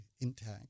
intact